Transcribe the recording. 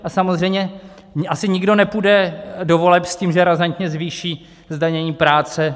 A samozřejmě asi nikdo nepůjde do voleb s tím, že razantně zvýší zdanění práce.